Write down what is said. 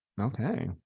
Okay